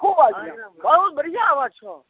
कोइ बात नहि बहुत बढ़िआँ आवाज छऽ